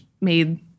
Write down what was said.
made